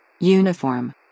Uniform